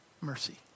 mercy